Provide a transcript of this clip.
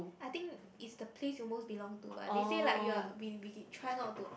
I think is the place you most belong to but they say like you are we we try not to